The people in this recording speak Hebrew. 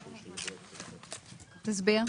תסביר.